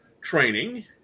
training